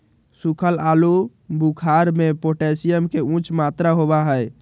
सुखल आलू बुखारा में पोटेशियम के उच्च मात्रा होबा हई